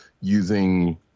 using